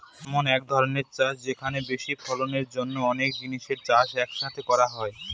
এমন এক ধরনের চাষ যেখানে বেশি ফলনের জন্য অনেক জিনিসের চাষ এক সাথে করা হয়